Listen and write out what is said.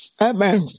Amen